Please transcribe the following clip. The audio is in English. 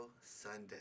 Sunday